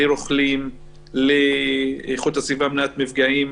לרוכלים, לאיכות הסביבה ומניעת מפגעים.